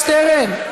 חבר הכנסת שטרן.